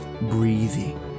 breathing